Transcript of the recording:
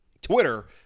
Twitter